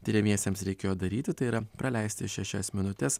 tiriamiesiems reikėjo daryti tai yra praleisti šešias minutes